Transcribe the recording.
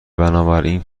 بنابراین